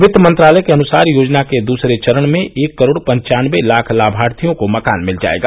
वित्त मंत्रालय के अनुसार योजना के दूसरे चरण में एक करोड़ पंचानबे लाख लामार्थियों को मकान मिल जायेगा